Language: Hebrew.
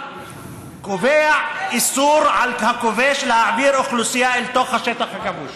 אסור לכם לגעת בזה.